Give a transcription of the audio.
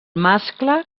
mascle